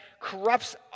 corrupts